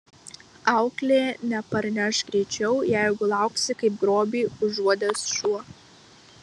auklė neparneš greičiau jeigu lauksi kaip grobį užuodęs šuo